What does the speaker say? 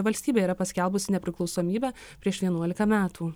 valstybė yra paskelbusi nepriklausomybę prieš vienuolika metų